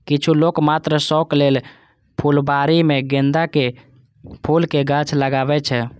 किछु लोक मात्र शौक लेल फुलबाड़ी मे गेंदाक फूलक गाछ लगबै छै